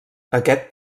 aquest